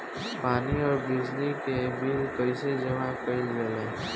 पानी और बिजली के बिल कइसे जमा कइल जाला?